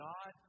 God